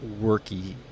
worky